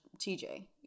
TJ